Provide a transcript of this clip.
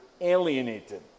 alienated